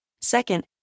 Second